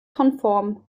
konform